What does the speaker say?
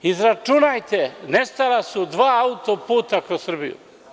Izračunajte, nestala su dva auto-puta kroz Srbiju.